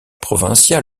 provincial